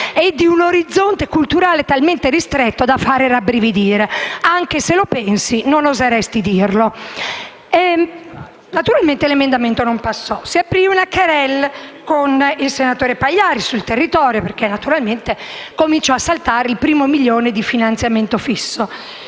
e di un orizzonte culturale talmente ristretto da far rabbrividire: anche se lo pensi, non oseresti dirlo. L'emendamento non passò e si aprì una *querelle* con il senatore Pagliari sul territorio perché cominciò a saltare il primo milione di finanziamento fisso.